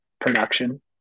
production